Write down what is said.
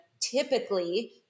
typically